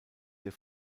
der